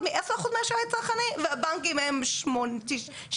מ-10% מהאשראי הצרכני והבנקים הם 70%-80%.